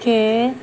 के